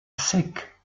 sec